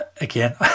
Again